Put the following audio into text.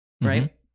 Right